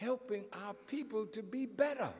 helping our people to be better